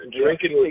drinking